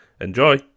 enjoy